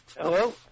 Hello